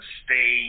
stay